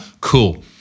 Cool